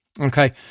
Okay